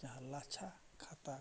ᱡᱟᱦᱟᱸ ᱞᱟᱪᱷᱟ ᱠᱷᱟᱛᱟ